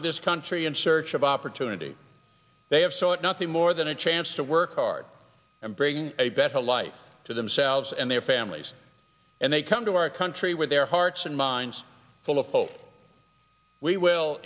to this country in search of opportunity they have sought nothing more than a chance to work hard and bring a better life to themselves and their families and they come to our country with their hearts and minds full of hope we will